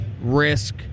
risk